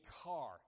car